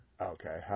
Okay